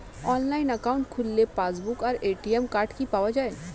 Online account খুললে passbook আর ATM card কি পাওয়া যায়?